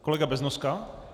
Kolega Beznoska.